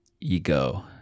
ego